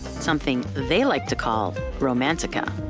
something they like to call romantica.